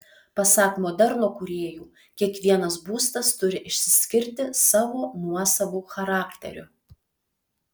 pasak moderno kūrėjų kiekvienas būstas turi išsiskirti savo nuosavu charakteriu